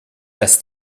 dass